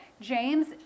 James